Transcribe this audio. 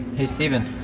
hey stephen,